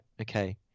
Okay